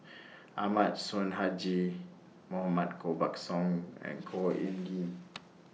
Ahmad Sonhadji Mohamad Koh Buck Song and Khor Ean